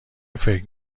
فکر